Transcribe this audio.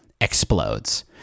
explodes